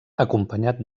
acompanyat